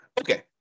Okay